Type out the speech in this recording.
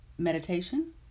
Meditation